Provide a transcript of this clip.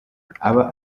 aba